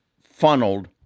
funneled